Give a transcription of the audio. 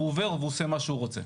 והוא עובר והוא עושה מה שהוא רוצה.